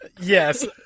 yes